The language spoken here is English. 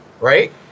Right